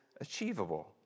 achievable